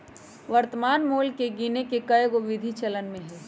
वर्तमान मोल के गीने के कएगो विधि चलन में हइ